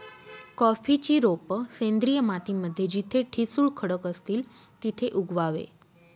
कॉफीची रोप सेंद्रिय माती मध्ये जिथे ठिसूळ खडक असतील तिथे उगवावे